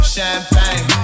Champagne